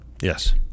Yes